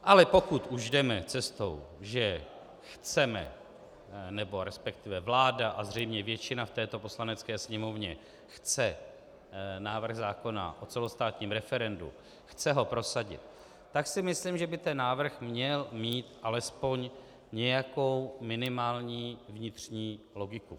Ale pokud už jdeme cestou, že chceme, nebo respektive vláda a zřejmě většina v této Poslanecké sněmovně chce návrh zákona o celostátních referendu, chce ho prosadit, tak si myslím, že by ten návrh měl mít alespoň nějakou minimální vnitřní logiku.